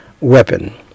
weapon